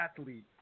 athlete